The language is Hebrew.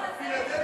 את לא היית,